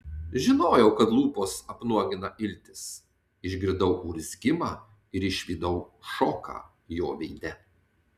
žinojau kad lūpos apnuogina iltis išgirdau urzgimą ir išvydau šoką jo veide